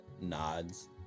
nods